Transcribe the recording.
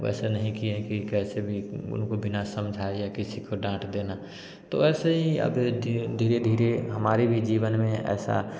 वैसे नहीं किए हैं कि कैसे भी उनको बिना समझाए या किसी को डांट देना तो ऐसे ही अब घी धीरे धीरे हमारी भी जीवन में ऐसा